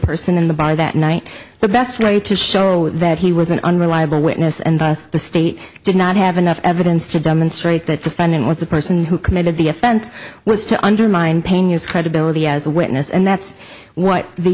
person in the by that night the best way to show that he was an unreliable witness and thus the state did not have enough evidence to demonstrate that defendant was the person who committed the offense was to undermine pena's credibility as a witness and that's what the